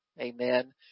Amen